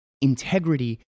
integrity